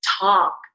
talk